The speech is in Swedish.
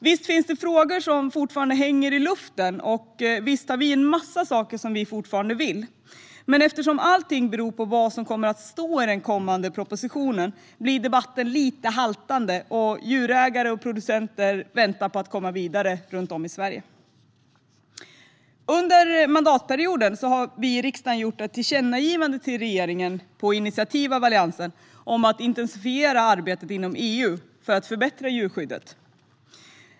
Visst finns det frågor som fortfarande hänger i luften, och visst har vi en massa saker som vi fortfarande vill, men eftersom allting beror på vad som kommer att stå i den kommande propositionen blir debatten lite haltande, medan djurägare och producenter runt om i Sverige väntar på att komma vidare. Under mandatperioden har riksdagen på initiativ av Alliansen gjort ett tillkännagivande till regeringen om att intensifiera arbetet inom EU för att förbättra djurskyddet.